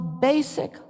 basic